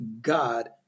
God